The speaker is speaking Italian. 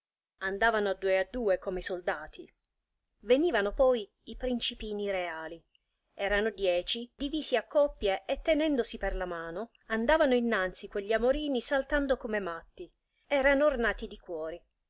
andavano a due a due come i soldati venivano poi i principini reali erano dieci divisi a coppie e tenendosi per la mano andavano innanzi quegli amorini saltando come matti erano ornati di cuori